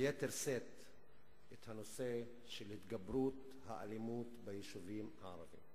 ביתר שאת את הנושא של התגברות האלימות ביישובים הערביים.